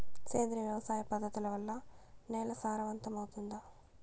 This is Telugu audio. సేంద్రియ వ్యవసాయ పద్ధతుల వల్ల, నేల సారవంతమౌతుందా?